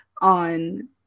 on